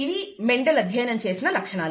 ఇవి మెండల్ అధ్యయనం చేసిన లక్షణాలు